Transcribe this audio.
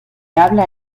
habla